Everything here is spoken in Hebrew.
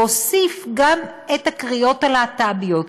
להוסיף גם את הקריאות הלהט"ביות.